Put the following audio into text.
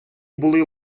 були